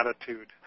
attitude